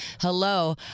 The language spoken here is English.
Hello